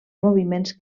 moviments